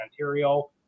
Ontario